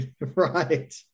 Right